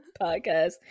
podcast